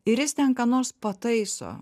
ir jis ten ką nors pataiso